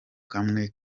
kamwe